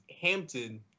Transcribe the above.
Hampton